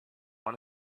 one